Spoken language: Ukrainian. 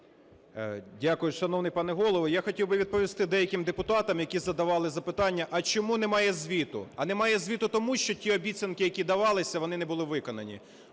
Дякую, шановний пане Голово. Я хотів би відповісти деяким депутатам, які задавали запитання: а чому немає звіту? А немає звіту тому, що ті обіцянки, які давалися, вони не були виконані.